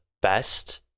best